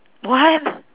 what